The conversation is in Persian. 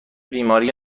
بیماری